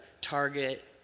Target